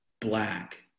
black